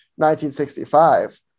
1965